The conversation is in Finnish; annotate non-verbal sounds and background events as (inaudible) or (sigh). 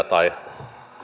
(unintelligible) tai